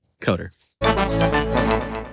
coder